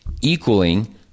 Equaling